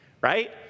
right